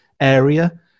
area